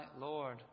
Lord